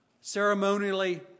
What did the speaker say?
ceremonially